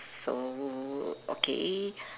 so okay